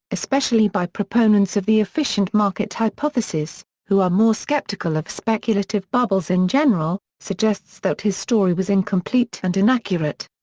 especially by proponents of the efficient-market hypothesis, who are more skeptical of speculative bubbles in general, suggests that his story was incomplete and inaccurate.